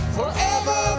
Forever